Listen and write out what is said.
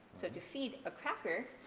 so to feed a cracker,